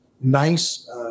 nice